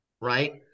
right